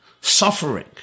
suffering